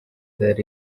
there